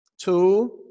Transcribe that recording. two